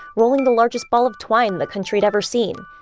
rolling the largest ball of twine the country had ever seen,